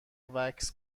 وکس